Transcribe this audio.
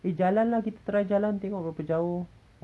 eh jalan lah kita try jalan tengok berapa jauh